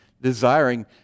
desiring